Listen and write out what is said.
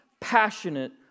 passionate